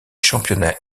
championnats